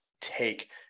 take